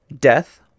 Death